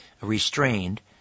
restrained